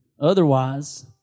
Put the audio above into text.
otherwise